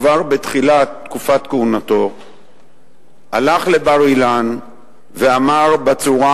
כבר בתחילת תקופת כהונתו הלך לבר-אילן ואמר בצורה